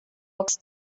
books